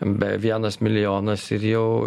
be vienas milijonas ir jau